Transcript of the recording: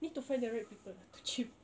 need to find the right people lah to chill